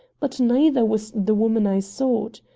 but neither was the woman i sought.